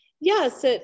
Yes